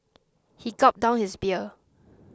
he gulped down his beer